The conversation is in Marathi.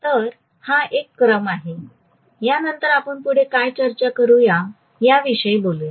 तर हा एक क्रम आहे या नंतर आपण पुढे काय चर्चा करू याविषयी बोलुया